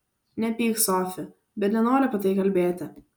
nepyk sofi bet nenoriu apie tai kalbėti